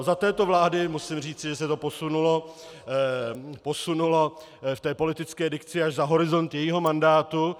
Za této vlády, musím říci, se to posunulo v politické dikci až za horizont jejího mandátu.